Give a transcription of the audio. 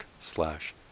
slash